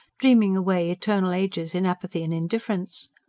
dreaming away eternal ages in apathy and indifference.